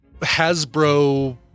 Hasbro